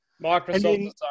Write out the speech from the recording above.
microsoft